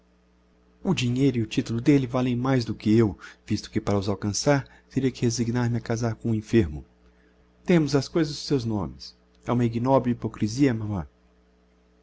o dinheiro e o titulo d'elle valem mais do que eu visto que para os alcançar teria que resignar me a casar com um enfermo dêmos ás coisas os seus nomes é uma ignobil hypocrisia mamã